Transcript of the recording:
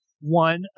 one